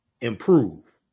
improve